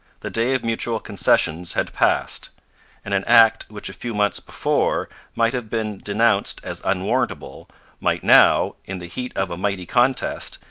the day of mutual concessions had passed and an act which a few months before might have been denounced as unwarrantable might now, in the heat of a mighty contest,